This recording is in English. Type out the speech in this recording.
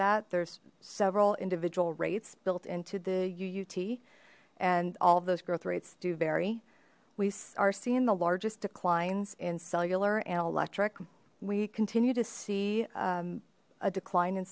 that there's several individual rates built into the uut and all those growth rates do vary we are seeing the largest declines in cellular and electric we continue to see a decline in